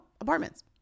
apartments